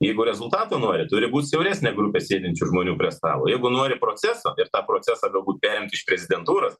jeigu rezultato nori turi būt siauresnė grupė sėdinčių žmonių prie stalo jeigu nori proceso ir tą procesą galbūt perimt iš prezidentūros